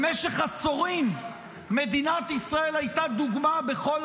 במשך עשורים מדינת ישראל הייתה דוגמה בכל